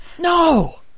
no